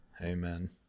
Amen